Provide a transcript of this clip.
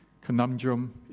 conundrum